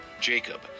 Jacob